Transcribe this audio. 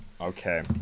Okay